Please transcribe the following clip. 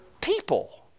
people